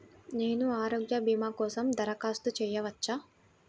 నేను ఆరోగ్య భీమా కోసం దరఖాస్తు చేయవచ్చా?